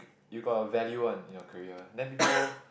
you got a value one in your career then before